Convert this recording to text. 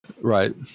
Right